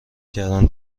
کردن